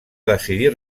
decidir